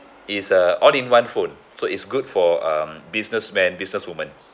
it's a all in one phone so it's good for um businessman businesswoman